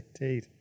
indeed